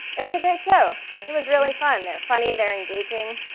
it was a great show, it was really fun. they're funny, they're engaging.